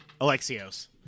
Alexios